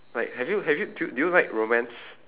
like have you have you do you do you like romance